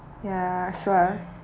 ya so